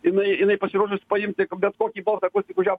jinai jinai pasiruošus paimti bet kokį bortą kur tik už ją